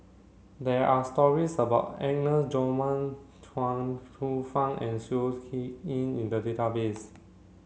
there are stories about Agnes Joaquim Chuang Hsueh Fang and Seow Yit Kin in the database